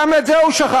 גם את זה הוא שכח.